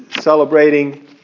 celebrating